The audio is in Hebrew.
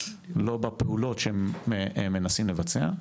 לא בפעולות שמנסים לבצע.